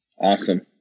Awesome